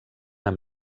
amb